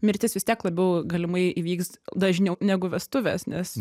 mirtis vis tiek labiau galimai įvyks dažniau negu vestuvės nes